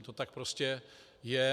To tak prostě je.